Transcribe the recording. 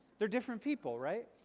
they're different people, right?